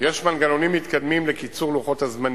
יש מנגנונים מתקדמים לקיצור לוחות הזמנים,